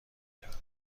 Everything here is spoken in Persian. کرد